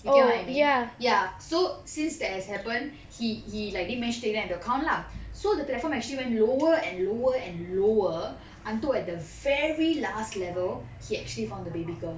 you get what I mean ya so since that has happened he he like didn't manage to take into account lah so the platform actually went lower and lower and lower until at the very last level he actually found the baby girl